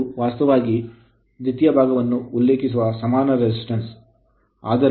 ಈ Re2 ವಾಸ್ತವವಾಗಿ ದ್ವಿತೀಯ ಭಾಗವನ್ನು ಉಲ್ಲೇಖಿಸುವ ಸಮಾನ resistance ಪ್ರತಿರೋಧವಾಗಿದೆ